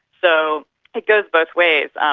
so it goes both ways. um